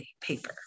paper